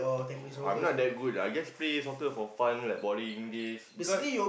oh I'm not that good lah I just play soccer for fun like balling games because